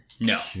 No